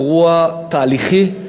אירוע תהליכי,